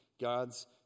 God's